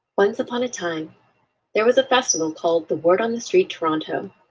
once upon a time there was a festival called the word on the street toronto.